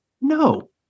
no